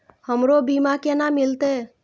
हमरो बीमा केना मिलते?